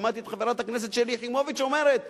שמעתי את חברת הכנסת שלי יחימוביץ אומרת היום,